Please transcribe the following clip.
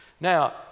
Now